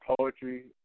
poetry